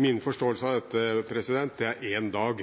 Min forståelse av dette er at det handler om én dag.